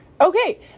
okay